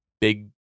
big